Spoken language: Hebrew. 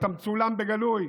אתה מצולם בגלוי.